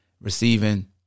receiving